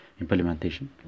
Implementation